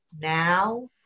now